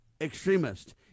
extremist